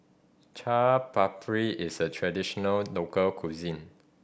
Chaat Papri is a traditional local cuisine